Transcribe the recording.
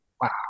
wow